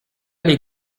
les